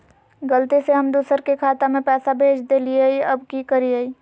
गलती से हम दुसर के खाता में पैसा भेज देलियेई, अब की करियई?